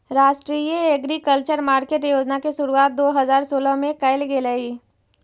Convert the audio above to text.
राष्ट्रीय agriculture market योजना के शुरुआत दो हज़ार सोलह में कैल गेलइ